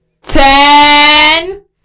Ten